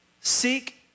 seek